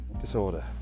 Disorder